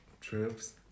trips